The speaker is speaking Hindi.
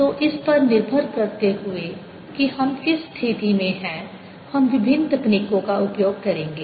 तो इस पर निर्भर करते हुए कि हम किस स्थिति में हैं हम विभिन्न तकनीकों का उपयोग करेंगे